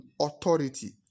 authority